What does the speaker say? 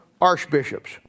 archbishops